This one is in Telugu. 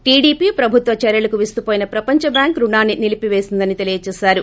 టీడీపీ ప్రభుత్వ చర్యలకు విస్తుపోయిన ప్రపంచ బ్యాంకు రుణాన్ని నిలిపివేసిందని తెలియజేశారు